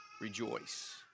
rejoice